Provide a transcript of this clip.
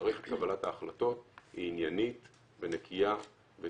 שמערכת קבלת ההחלטות היא עניינית ונקייה וטובה